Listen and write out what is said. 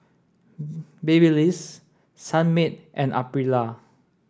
Babyliss Sunmaid and Aprilia